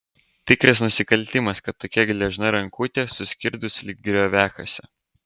tikras nusikaltimas kad tokia gležna rankutė suskirdusi lyg grioviakasio